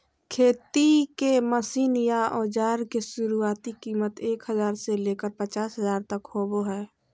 खेती के मशीन या औजार के शुरुआती कीमत एक हजार से लेकर पचास हजार तक होबो हय